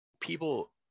People